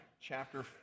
chapter